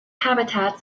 habitats